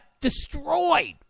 destroyed